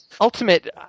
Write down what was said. ultimate